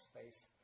space